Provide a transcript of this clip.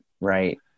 right